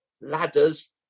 ladders